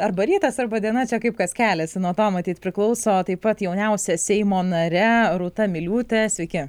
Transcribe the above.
arba rytas arba diena čia kaip kas keliasi nuo to matyt priklauso taip pat jauniausia seimo nare rūta miliūte sveiki